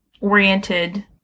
oriented